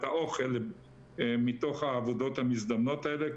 את האוכל מתוך העבודות המזדמנות האלה.